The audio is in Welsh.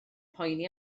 poeni